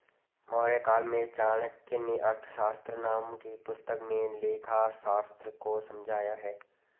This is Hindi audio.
मौर्यकाल में चाणक्य नें अर्थशास्त्र नाम की पुस्तक में लेखाशास्त्र को समझाया है